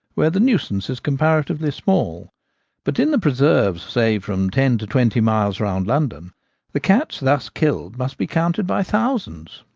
where the nuisance is comparatively small but in the preserves say from ten to twenty miles round london the cats thus killed must be counted by thousands.